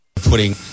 putting